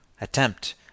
attempt